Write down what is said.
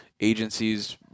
agencies